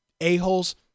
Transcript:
a-holes